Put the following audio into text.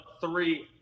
three